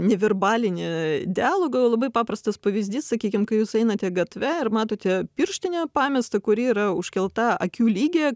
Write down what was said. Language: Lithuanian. neverbalinį dialogą labai paprastas pavyzdys sakykim kai jūs einate gatve ir matote pirštinę pamestą kuri yra užkelta akių lygyje